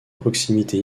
proximité